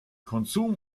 konsum